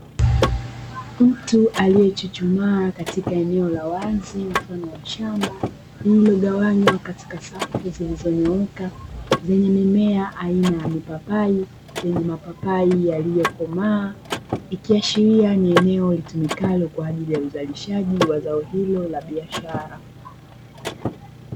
Mtu aliyechuchumaa katika eneo la wazi mfano wa shamba, lililogawanywa katika safu zilizonyooka, zenye mimea aina ya mipapai, yenye mapapai yaliyokomaa, ikiashiria ni eneo litumikalo kwa ajili ya uzalishaji wa zao hilo la biashara.